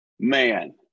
man